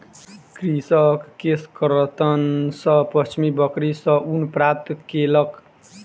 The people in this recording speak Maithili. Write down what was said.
कृषक केशकर्तन सॅ पश्मीना बकरी सॅ ऊन प्राप्त केलक